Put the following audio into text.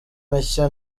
mashya